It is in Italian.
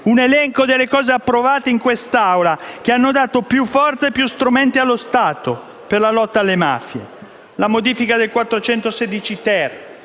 un elenco delle misure approvate in quest'Assemblea che hanno dato più forza e più strumenti allo Stato per la lotta alle mafie: la modifica dell'articolo